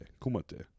Kumate